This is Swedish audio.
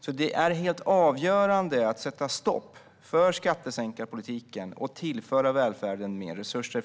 så det är helt avgörande att vi sätter stopp för skattesänkarpolitiken och i stället tillför välfärden mer resurser.